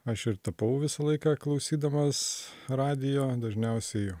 aš ir tapau visą laiką klausydamas radijo dažniausiai